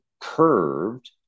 curved